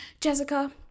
Jessica